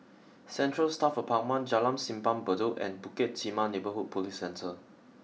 Central Staff Apartment Jalan Simpang Bedok and Bukit Timah Neighbourhood Police Centre